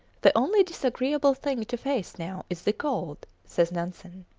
the only disagreeable thing to face now is the cold, says nansen.